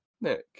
Nick